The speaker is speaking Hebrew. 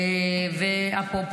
אפרופו,